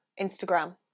Instagram